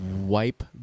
wipe